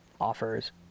offers